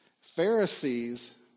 Pharisees